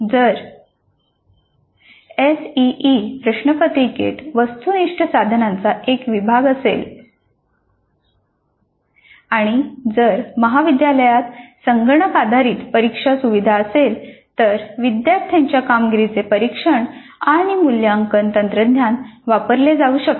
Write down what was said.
जर एसईई प्रश्नपत्रिकेत वस्तुनिष्ठ साधनांचा एक विभाग असेल आणि जर महाविद्यालयात संगणक आधारित परीक्षा सुविधा असेल तर विद्यार्थ्यांच्या कामगिरीचे परीक्षण आणि मूल्यांकन तंत्रज्ञान वापरून केले जाऊ शकते